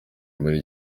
muri